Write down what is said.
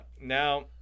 Now